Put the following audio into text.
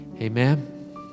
Amen